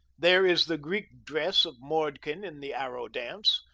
there is the greek dress of mordkin in the arrow dance.